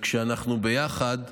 כשאנחנו ביחד,